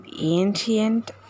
ancient